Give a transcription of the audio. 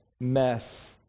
mess